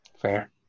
Fair